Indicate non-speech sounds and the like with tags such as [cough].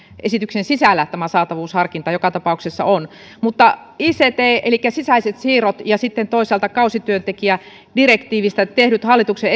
esityksen sisällä tämä saatavuusharkinta joka tapauksessa on mutta ictstä elikkä sisäisistä siirroista ja sitten toisaalta kausityöntekijädirektiivistä tehty hallituksen [unintelligible]